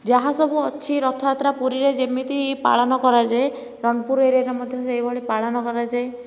ଯାହା ସବୁ ଅଛି ରଥଯାତ୍ରା ପୁରୀରେ ଯେମିତି ପାଳନ କରାଯାଏ ରଣପୁର ଏରିଆରେ ମଧ୍ୟ ସେହି ଭଳି ପାଳନ କରାଯାଏ